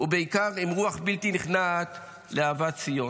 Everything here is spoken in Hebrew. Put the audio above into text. ובעיקר עם רוח בלתי נכנעת לאהבת ציון.